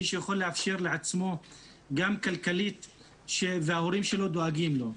מי שיכול לאפשר לעצמו גם כלכלית וההורים שלו דואגים לו.